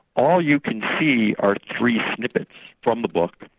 all you can see are three snippets from the book,